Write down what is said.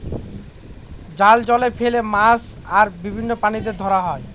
জাল জলে ফেলে মাছ আর বিভিন্ন প্রাণীদের ধরা হয়